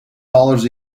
dollars